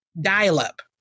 dial-up